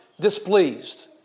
displeased